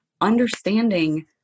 understanding